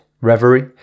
reverie